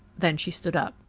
then she stood up.